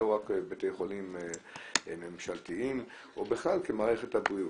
לא רק בתי חולים ממשלתיים ובכלל כמערכת הבריאות.